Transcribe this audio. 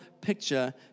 picture